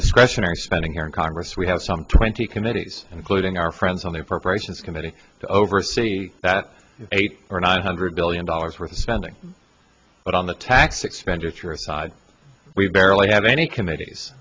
discretionary spending here in congress we have some twenty committees including our friends on the appropriations committee to oversee that eight or nine hundred billion dollars we're spending but on the tax expenditure side we've barely had any committees